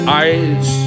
eyes